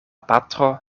patro